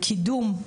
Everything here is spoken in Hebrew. קידום.